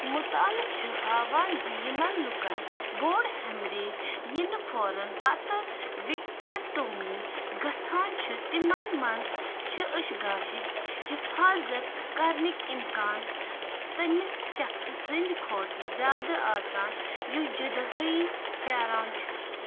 مطالعہٕ چھُ ہاوان زِ یِمن لوٗکن بوٚڈ ہیمریج یِنہٕ فوراً پتہٕ وِکٹریکٹ ٹُو میی گژھان چھُ تِمن منٛز چھِ أچھ گاشِچ حٮ۪فاظت کَرنٕکۍ اِمکان تٔمِس شخصہٕ سٕنٛدِ کھۄتہٕ زیادٕ آسان یُس جُدٲیی پیٛاران چھُ